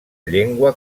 llengua